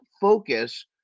focus